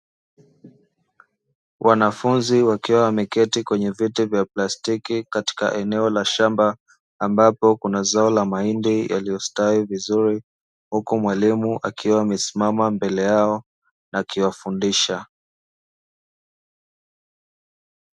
Wanafunzi wakiwa wameketi kwenye viti vya plastiki katika eneo la shamba, ambapo kuna zao la mahindi yaliyo stawi vizuri, huku mwalimu akiwa amesimama mbele yao akiwafundisha.